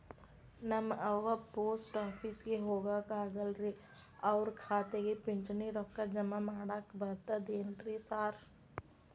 ನಮ್ ಅವ್ವ ಪೋಸ್ಟ್ ಆಫೇಸಿಗೆ ಹೋಗಾಕ ಆಗಲ್ರಿ ಅವ್ರ್ ಖಾತೆಗೆ ಪಿಂಚಣಿ ರೊಕ್ಕ ಜಮಾ ಮಾಡಾಕ ಬರ್ತಾದೇನ್ರಿ ಸಾರ್?